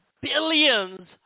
billions